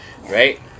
right